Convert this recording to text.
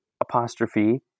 apostrophe